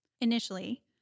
Initially